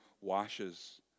washes